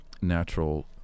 natural